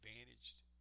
advantaged